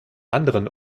anderen